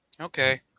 okay